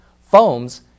foams